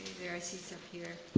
there are seats up here.